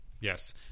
Yes